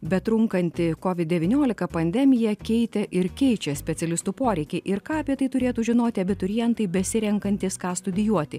betrunkanti kovid devyniolika pandemija keitė ir keičia specialistų poreikį ir ką apie tai turėtų žinoti abiturientai besirenkantys ką studijuoti